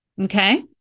okay